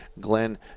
Glenn